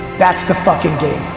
that's the fucking game.